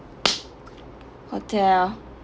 hotel